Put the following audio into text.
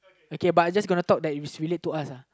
okay but I just gonna talk that if its related to us uh